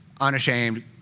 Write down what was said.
unashamed